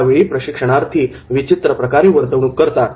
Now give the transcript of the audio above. त्यावेळी प्रशिक्षणार्थी विचित्र प्रकारे वर्तणूक करतात